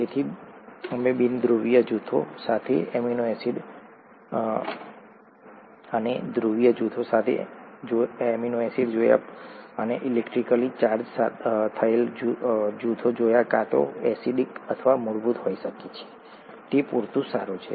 તેથી અમે બિનધ્રુવીય જૂથો સાથે એમિનો એસિડ જોયા અમે ધ્રુવીય જૂથો સાથે એમિનો એસિડ જોયા અને ઇલેક્ટ્રિકલી ચાર્જ થયેલ જૂથો જોયા જે કાં તો એસિડિક અથવા મૂળભૂત હોઈ શકે તે પૂરતું સારું છે